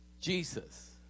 Jesus